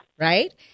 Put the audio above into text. right